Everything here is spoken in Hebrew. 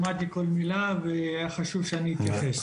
שמעתי כל מילה והיה חשוב שאתייחס.